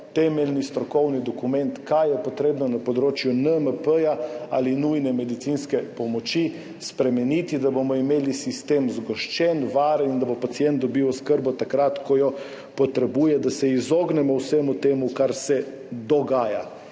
temeljni strokovni dokument, kaj je potrebno na področju NMP ali nujne medicinske pomoči spremeniti, da bomo imeli sistem zgoščen, varen in da bo pacient dobil oskrbo takrat, ko jo potrebuje, da se izognemo vsemu temu, kar se dogaja.